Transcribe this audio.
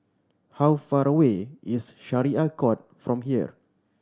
how far away is Syariah Court from here